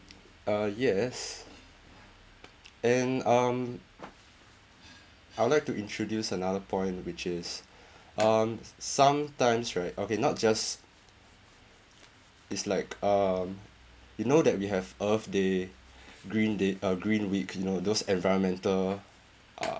uh yes and um I would like to introduce another point which is um s~ sometimes right okay not just is like um you know that we have earth day green day uh green week you know those environmental uh